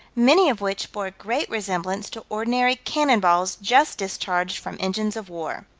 many of which bore great resemblance to ordinary cannon balls just discharged from engines of war.